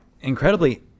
incredibly